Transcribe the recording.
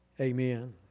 Amen